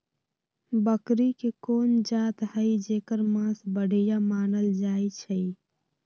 बकरी के कोन जात हई जेकर मास बढ़िया मानल जाई छई?